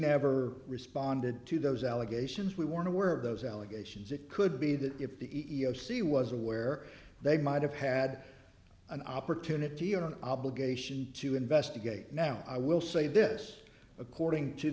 never responded to those allegations we weren't aware of those allegations it could be that if the e e o c was aware they might have had an opportunity or an obligation to investigate now i will say this according to